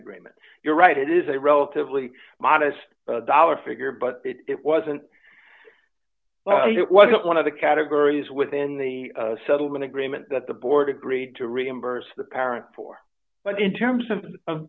agreement you're right it is a relatively modest dollar figure but it wasn't it was one of the categories within the settlement agreement that the board agreed to reimburse the parent for but in terms of